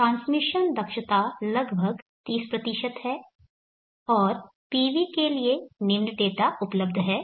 transmission दक्षता लगभग 30 है और PV के लिए निम्न डेटा उपलब्ध है